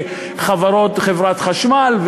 חברת חשמל,